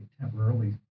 temporarily